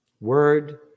Word